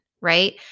right